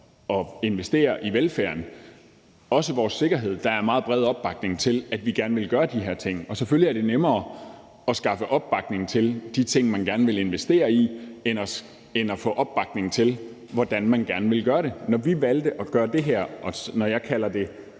at investere i velfærden. Også med hensyn til vores sikkerhed er der en meget bred opbakning til, at vi gerne vil gøre de her ting, og selvfølgelig er det nemmere at skaffe opbakning til de ting, man gerne vil investere i, end at få opbakning til, hvordan man gerne vil gøre det. Når vi valgte at gøre det her, og når jeg kalder det